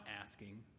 asking